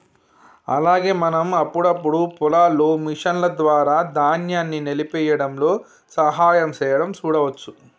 అలాగే మనం అప్పుడప్పుడు పొలాల్లో మిషన్ల ద్వారా ధాన్యాన్ని నలిపేయ్యడంలో సహాయం సేయడం సూడవచ్చు